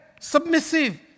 submissive